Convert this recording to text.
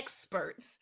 experts